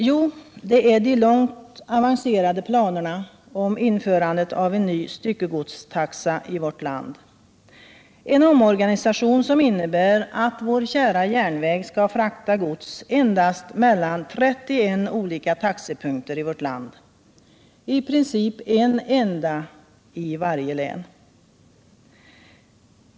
Jo, det är de långt avancerade planerna på införandet av en ny styckegodstaxa i vårt land — en omorganisation som innebär att vår kära järnväg skall frakta gods endast mellan 31 olika taxepunkter i vårt land, i princip en enda i varje län!